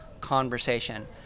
conversation